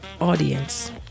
audience